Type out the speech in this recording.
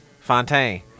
Fontaine